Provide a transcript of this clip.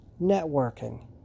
networking